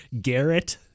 Garrett